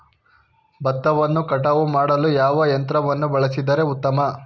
ಭತ್ತವನ್ನು ಕಟಾವು ಮಾಡಲು ಯಾವ ಯಂತ್ರವನ್ನು ಬಳಸಿದರೆ ಉತ್ತಮ?